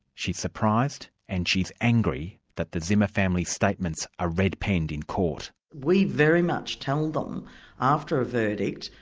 she's surprised and she's angry that the zimmer family statements are red-penned in court. we very much tell them after a verdict,